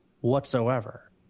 whatsoever